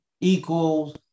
equals